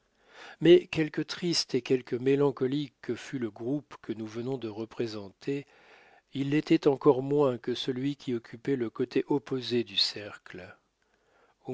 mais quelque triste et quelque mélancolique que fût le groupe que nous venons de représenter il l'était encore moins que celui qui occupait le côté opposé du cercle